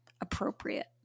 appropriate